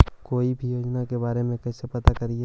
कोई भी योजना के बारे में कैसे पता करिए?